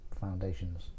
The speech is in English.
foundations